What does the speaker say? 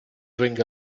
drink